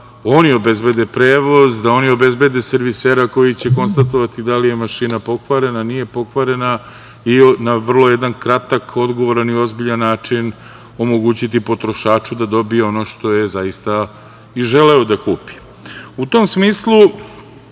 da oni obezbede prevoz, da oni obezbede servisera koji će konstatovati da li je mašina pokvarena, nije pokvarena i na vrlo jedan kratak, odgovoran i ozbiljan način omogućiti potrošaču da dobije ono što je zaista i želeo da kupi.U